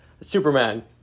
Superman